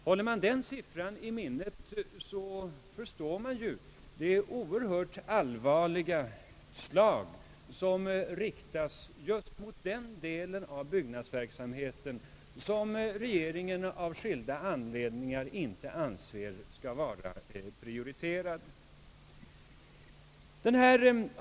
Håller man den siffran i minnet, förstår man ju det synnerligen allvarliga slag som riktas just mot den del av byggnadsverksamheten som regeringen av skilda anledningar inte anser bör vara prioriterad.